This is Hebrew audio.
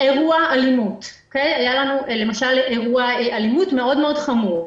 היה לנו, למשל, אירוע אלימות חמור מאוד.